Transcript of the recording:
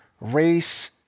race